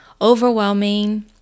overwhelming